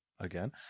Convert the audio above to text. Again